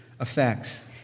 effects